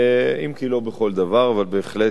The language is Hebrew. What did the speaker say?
אם כי לא בכל דבר, אבל בהחלט,